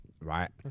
right